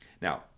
Now